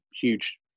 Huge